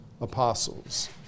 apostles